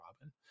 Robin